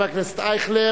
חבר הכנסת ישראל אייכלר,